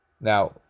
Now